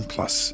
Plus